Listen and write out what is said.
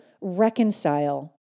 reconcile